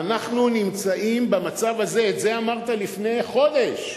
"אנחנו נמצאים במצב הזה" את זה אמרת לפני חודש,